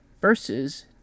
versus